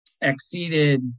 exceeded